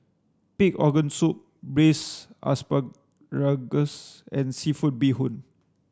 pig organ soup braised asparagus and seafood Bee Hoon